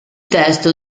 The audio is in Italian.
testo